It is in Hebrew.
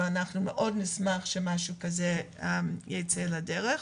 אבל אנחנו מאוד נשמח שמשהו כזה ייצא לדרך.